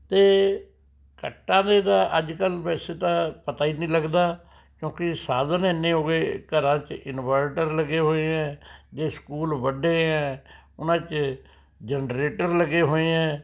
ਅਤੇ ਕੱਟਾਂ ਦੇ ਤਾਂ ਅੱਜਕਲ ਵੈਸੇ ਤਾਂ ਪਤਾ ਹੀ ਨਹੀਂ ਲੱਗਦਾ ਕਿਉਂਕਿ ਸਾਧਨ ਇੰਨੇ ਹੋ ਗਏ ਘਰਾਂ 'ਚ ਇਨਵੇਟਰ ਲੱਗੇ ਹੋਏ ਹੈ ਜੇ ਸਕੂਲ ਵੱਡੇ ਹੈ ਉਹਨਾਂ 'ਚ ਜਨਰੇਟਰ ਲੱਗੇ ਹੋਏ ਹੈ